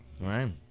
Right